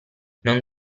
non